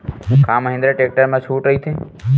का महिंद्रा टेक्टर मा छुट राइथे?